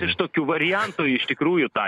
iš tokių variantų iš tikrųjų tą